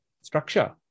structure